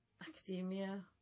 academia